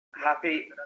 happy